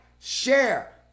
share